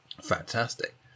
fantastic